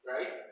Right